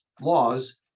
laws